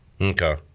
okay